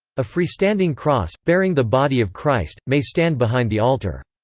a free-standing cross, bearing the body of christ, may stand behind the altar.